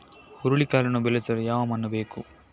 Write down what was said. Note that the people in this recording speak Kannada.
ಹುರುಳಿಕಾಳನ್ನು ಬೆಳೆಸಲು ಯಾವ ಮಣ್ಣು ಬೇಕು?